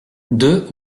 deux